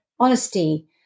honesty